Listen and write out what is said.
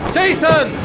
Jason